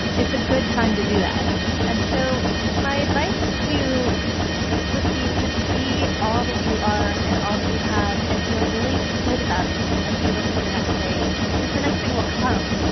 it's a good time to do that. and so my advice to you would be to see all that you are and all that you have and feel really good about it. as you look for the next thing, because the next thing will come,